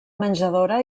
menjadora